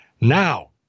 Now